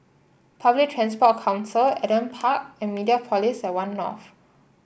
Public Transport Council Adam Park and Mediapolis at One North